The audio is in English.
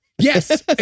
Yes